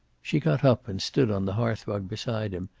she got up and stood on the hearth-rug beside him,